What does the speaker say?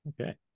okay